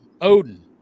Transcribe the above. Odin